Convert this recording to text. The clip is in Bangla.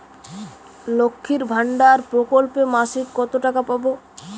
লক্ষ্মীর ভান্ডার প্রকল্পে মাসিক কত টাকা পাব?